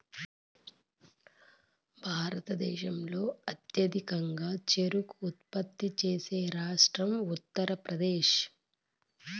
భారతదేశంలో అత్యధికంగా చెరకు ఉత్పత్తి చేసే రాష్ట్రం ఉత్తరప్రదేశ్